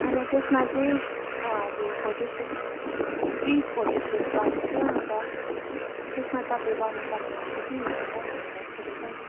अन्त त्यसमा चाहिँ हजुर फोटोसुट प्री फोटोसुट गर्नु थियो अन्त त्यसमा तपाईँ गर्नु सक्नुहुन्छ कि हुँदैन भनेर सोधेको नि